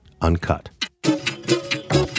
uncut